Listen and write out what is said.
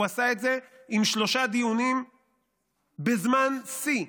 הוא עשה את זה עם שלושה דיונים בזמן שיא,